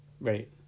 right